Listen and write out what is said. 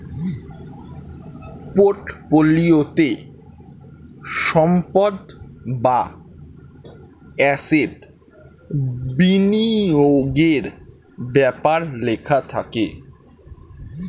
পোর্টফোলিওতে সম্পদ বা অ্যাসেট বিনিয়োগের ব্যাপারে লেখা থাকে